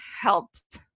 helped